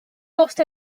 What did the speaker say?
lost